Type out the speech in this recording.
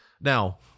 now